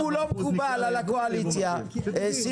אם הוא לא מקובל על הקואליציה סימון.